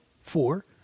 four